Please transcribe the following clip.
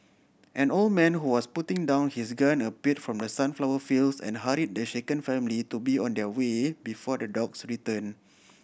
an old man who was putting down his gun appeared from the sunflower fields and hurried the shaken family to be on their way before the dogs return